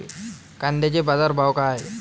कांद्याचे बाजार भाव का हाये?